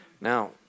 Now